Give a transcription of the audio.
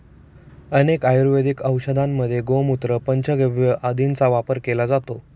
अनेक आयुर्वेदिक औषधांमध्ये गोमूत्र, पंचगव्य आदींचा वापर केला जातो